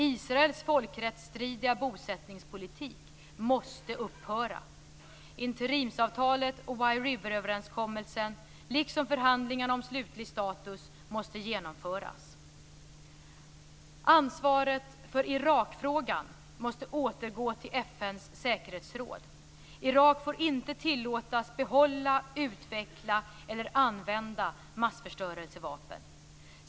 Israels folkrättsstridiga bosättningspolitik måste upphöra. Interimsavtalet och Wye River-överenskommelsen, liksom förhandlingarna om slutlig status, måste genomföras. Ansvaret för Irakfrågan måste återgå till FN:s säkerhetsråd. Irak får inte tillåtas behålla, utveckla eller använda massförstörelsevapen.